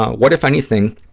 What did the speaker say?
what, if anything,